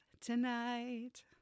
tonight